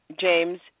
James